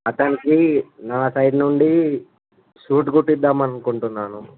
అతనికి నా సైడ్ నుండి సూట్ కుట్టిచూదాం అనుకుంటున్నాను